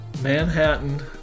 manhattan